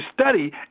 study